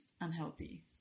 unhealthy